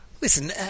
Listen